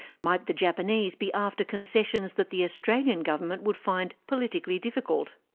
might the japanese be after concessions that the australian government would find politically difficult?